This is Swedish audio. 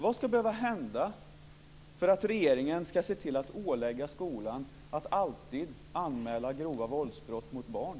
Vad ska behöva hända för att regeringen ska se till att ålägga skolan att alltid anmäla grova våldsbrott mot barn?